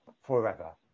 forever